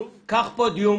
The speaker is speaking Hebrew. קח פודיום